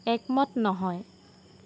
একমত নহয়